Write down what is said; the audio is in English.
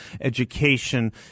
education